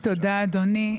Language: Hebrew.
תודה, אדוני.